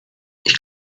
ich